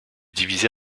divisée